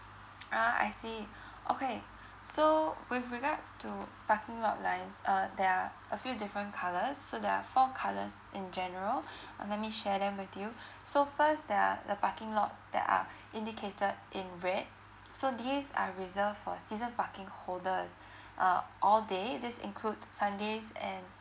ah I see okay so with regards to parking lot lines uh there are a few different colours so there are four colours in general uh let me share them with you so first there are the parking lot that are indicated in red so these are reserved for season parking holders uh all day this includes sundays and